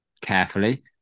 carefully